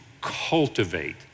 cultivate